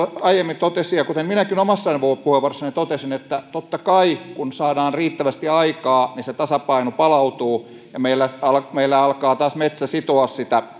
aiemmin totesi ja kuten minäkin omassa puheenvuorossani totesin niin totta kai kun saadaan riittävästi aikaa se tasapaino palautuu ja meillä alkaa taas metsä sitoa